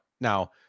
now